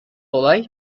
olay